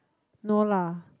no lah